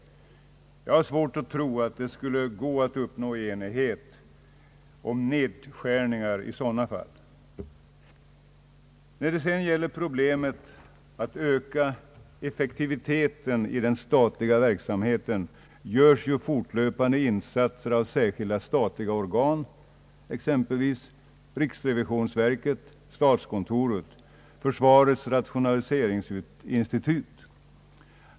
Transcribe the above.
Jag har svårt att tro att det skulle gå att uppnå enighet om nedskärningar av sådana förmåner. När det sedan gäller problemet att öka effektiviteten i den statliga verksamheten görs fortlöpande insatser av särskilda statliga organ, exempelvis riksrevisionsverket, statskontoret och försvarets rationaliseringsinstitut.